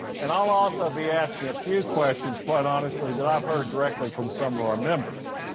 and i'll also be asking a few questions, quite honestly, that i've heard directly from some of our members.